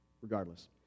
regardless